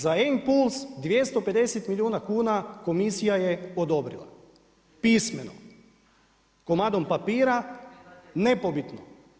Za e-impuls, 250 milijuna kuna, komisija je odobrila, pismeno, komadom papira, nepobitno.